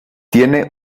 tiene